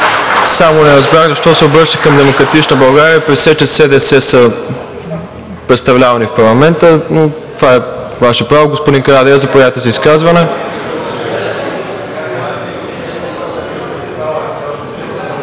Само не разбрах защо се обръщате към „Демократична България“, при все че СДС са представлявани в парламента. Но това е Ваше право. Господин Карадайъ, заповядайте за изказване.